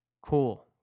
Cool